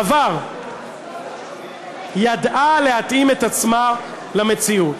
היושב-ראש, בעבר ידעה להתאים את עצמה למציאות,